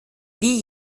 wie